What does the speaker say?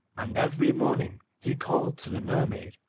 and every morning he called to the mermaid,